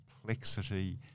complexity